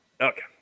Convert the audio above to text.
okay